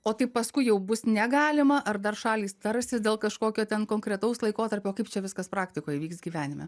o paskui jau bus negalima ar dar šalys tarsis dėl kažkokio ten konkretaus laikotarpio kaip čia viskas praktikoje vyks gyvenime